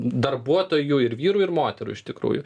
darbuotojų ir vyrų ir moterų iš tikrųjų